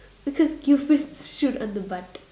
because cupids shoot on the butt